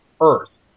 Earth